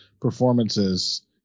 performances